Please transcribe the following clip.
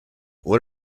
what